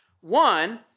One